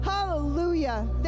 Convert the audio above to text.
Hallelujah